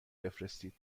بفرستید